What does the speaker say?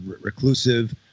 reclusive